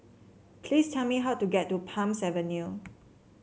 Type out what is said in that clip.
please tell me how to get to Palms Avenue